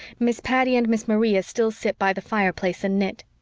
miss patty and miss maria still sit by the fireplace and knit.